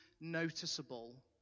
noticeable